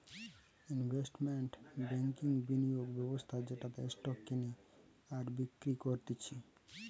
investment ব্যাংকিংবিনিয়োগ ব্যবস্থা যেটাতে স্টক কেনে আর বিক্রি করতিছে